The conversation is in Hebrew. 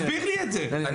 תסביר לי את זה,